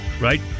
right